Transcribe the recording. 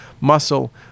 muscle